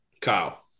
Kyle